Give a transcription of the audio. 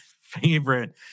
favorite